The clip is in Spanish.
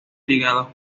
ligados